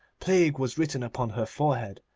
plague was written upon her forehead,